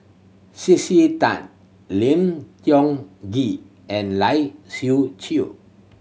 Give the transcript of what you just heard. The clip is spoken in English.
C C Tan Tiong Ghee and Lai Siu Chiu